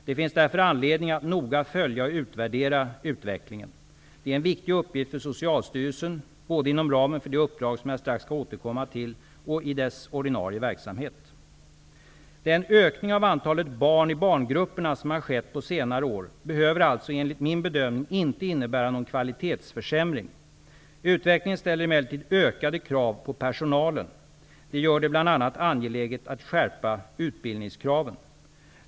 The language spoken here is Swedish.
Det finns därför anledning att noga följa och utvärdera utvecklingen. Det är en viktig uppgift för Socialstyrelsen både inom ramen för det uppdrag som jag strax skall återkomma till och i dess ordinarie verksamhet. Den ökning av antalet barn i barngrupperna som har skett på senare år behöver alltså enligt min bedömning inte innebära någon kvalitetsförsämring. Utvecklingen ställer emellertid ökade krav på personalen. Det gör det bl.a. angeläget att skärpa utbildningskraven.